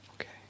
Okay